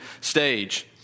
stage